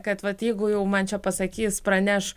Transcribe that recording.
kad vat jeigu jau man čia pasakys praneš